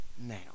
now